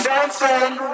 Dancing